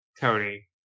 Tony